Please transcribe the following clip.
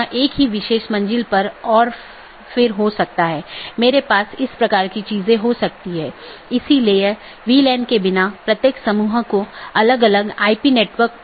अब एक नया अपडेट है तो इसे एक नया रास्ता खोजना होगा और इसे दूसरों को विज्ञापित करना होगा